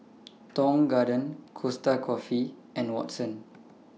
Tong Garden Costa Coffee and Watsons